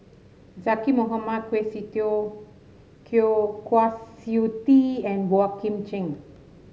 Zaqy Mohamad Kwa Siew Kwa Siew Tee and Boey Kim Cheng